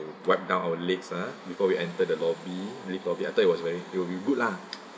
wipe down our legs ah before we enter the lobby lift lobby I thought it was very it'll be good lah